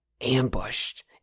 ambushed